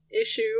issue